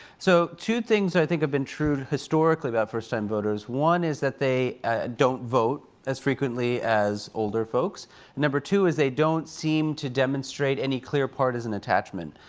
so two things i think have been true historically about first-time voters. one is that they don't vote as frequently as older folks. and number two is they don't seem to demonstrate any clear partisan attachment.